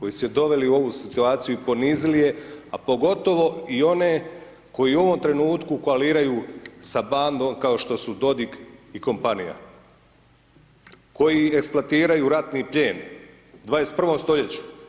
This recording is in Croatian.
koji su ju doveli u ovu situaciju i ponizili je, a pogotovo i one koji u ovom trenutku koaliraju sa bandom kao što su Dodok i kompanija, koji eksploatiraju ratni plijen u 21. stoljeću.